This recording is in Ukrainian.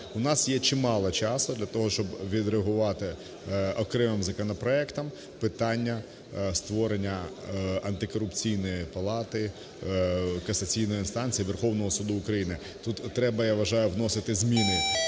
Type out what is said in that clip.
У нас є чимало часу для того, щоб відреагувати окремим законопроектом питання створення Антикорупційної палати касаційної інстанції Верховного Суду України. Тут треба, я вважаю, вносити зміни